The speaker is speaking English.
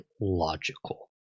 logical